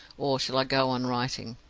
or shall i go on writing?